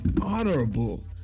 Honorable